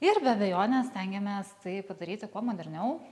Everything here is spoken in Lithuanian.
ir be abejonės stengiamės tai padaryti kuo moderniau